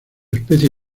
especie